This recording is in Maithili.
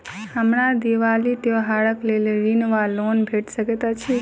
हमरा दिपावली त्योहारक लेल ऋण वा लोन भेट सकैत अछि?